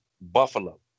Buffalo